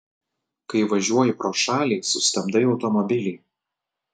kai važiuoji pro šalį sustabdai automobilį